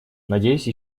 надеюсь